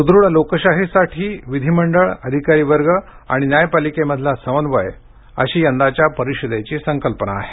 सुदृढ लोकशाहीसाठी विधिमंडळ अधिकारी वर्ग आणि न्यायापालिकेमधला समन्वय अशी यंदाच्या परिषदेची संकल्पना आहे